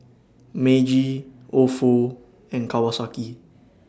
Meiji Ofo and Kawasaki